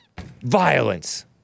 violence